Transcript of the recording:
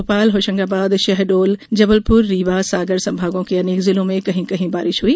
भोपाल होशंगाबाद शहडोल जबलपुर रीवा सागर संभागों के अनेक जिलों में कहीं कहीं बारिश हुई